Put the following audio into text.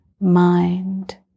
mind